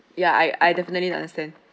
ya I I definitely understand